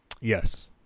Yes